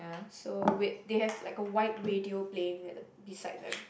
so wait they have like a white radio plane at the beside them